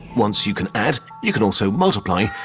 once you can add, you can also multiply,